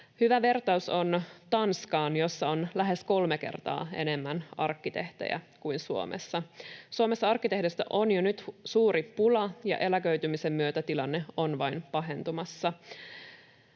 Hyvä vertaus on Tanskaan, jossa on lähes kolme kertaa enemmän arkkitehtejä kuin Suomessa. Suomessa arkkitehdeistä on jo nyt suuri pula, ja eläköitymisen myötä tilanne on vain pahentumassa.